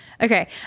Okay